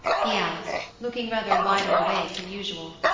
he asked, looking rather wider awake than usual.